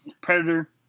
Predator